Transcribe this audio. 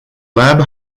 lab